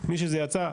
מי שזה יצא 300,